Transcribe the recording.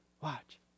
Watch